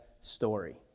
story